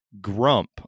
grump